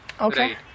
okay